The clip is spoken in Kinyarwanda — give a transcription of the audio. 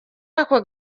aka